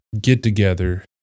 get-together